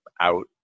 out